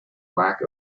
lack